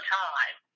time